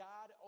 God